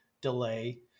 delay